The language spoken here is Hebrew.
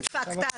נדפקת,